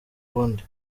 bundi